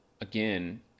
Again